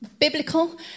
biblical